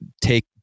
take